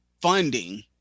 funding